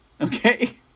Okay